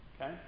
Okay